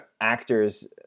actors